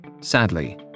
Sadly